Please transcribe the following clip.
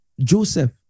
joseph